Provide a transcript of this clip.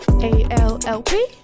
A-L-L-P